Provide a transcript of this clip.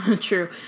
True